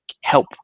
help